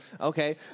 Okay